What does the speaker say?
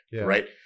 right